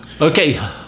Okay